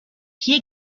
hier